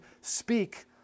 speak